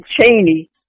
Cheney